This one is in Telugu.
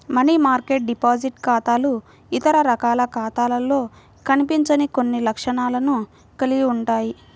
మనీ మార్కెట్ డిపాజిట్ ఖాతాలు ఇతర రకాల ఖాతాలలో కనిపించని కొన్ని లక్షణాలను కలిగి ఉంటాయి